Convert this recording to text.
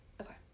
Okay